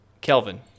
Kelvin